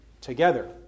together